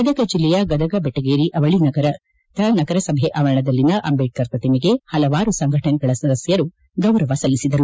ಗದಗ ಜಿಲ್ಲೆಯ ಗದಗ ಬೆಟಗೇರಿ ಅವಳಿ ನಗರದ ನಗರಸಭೆ ಆವರಣದಲ್ಲಿನ ಅಂಬೇಡ್ಕರ್ ಪ್ರತಿಮೆಗೆ ಹಲವಾರು ಸಂಘಟನೆಗಳ ಸದಸ್ಯರು ಗೌರವ ಸಲ್ವಿಸಿದರು